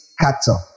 cattle